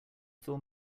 fill